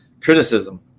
criticism